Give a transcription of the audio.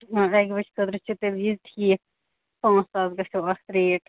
اَکہِ بَجہِ خٲطرٕ چھِ تیٚلہِ یہِ ٹھیٖک پانٛژھ ساس گژھیو اَتھ ریٹ